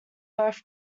both